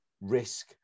risk